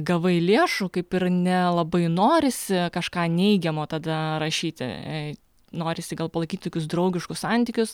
gavai lėšų kaip ir nelabai norisi kažką neigiamo tada rašyti norisi gal palaikyti tokius draugiškus santykius